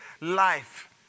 life